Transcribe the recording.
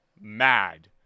mad